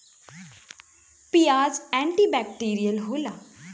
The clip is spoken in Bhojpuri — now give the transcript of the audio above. पियाज एंटी बैक्टीरियल होला